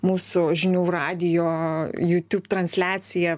mūsų žinių radijo youtube transliaciją